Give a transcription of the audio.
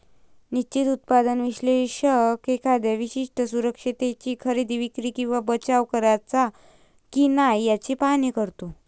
निश्चित उत्पन्न विश्लेषक एखाद्या विशिष्ट सुरक्षिततेची खरेदी, विक्री किंवा बचाव करायचा की नाही याचे पाहणी करतो